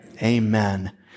Amen